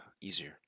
easier